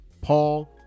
Paul